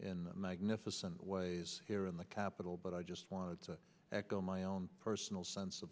in magnificent ways here in the capital but i just want to echo my own personal sense of